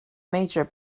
major